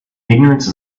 ignorance